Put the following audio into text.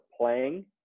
playing